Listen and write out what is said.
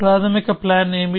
ప్రాథమిక ప్లాన్ ఏమిటి